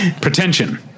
pretension